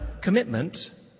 commitment